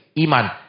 iman